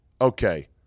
okay